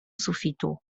sufitu